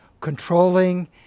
controlling